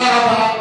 תודה רבה.